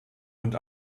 und